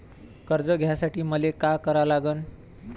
कर्ज घ्यासाठी मले का करा लागन?